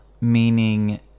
meaning